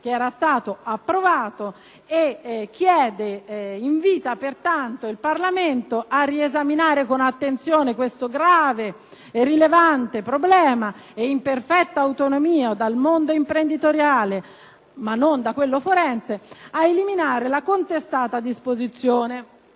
che era stato approvato quando «invita pertanto il Parlamento a riesaminare con attenzione questo grave e rilevante problema e, in perfetta autonomia dal mondo imprenditoriale» - ma non da quello forense, aggiungo io - «ad eliminare la contestata disposizione».